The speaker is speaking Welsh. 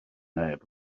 neb